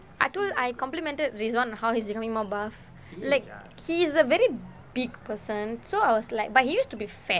I told you I complimented razon on how he is becoming more buff like he is a very big person so I was like but he use to be fat